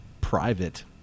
private